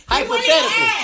Hypothetical